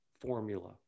formula